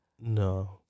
no